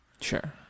sure